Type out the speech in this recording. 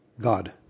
God